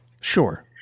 Sure